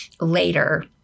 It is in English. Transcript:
later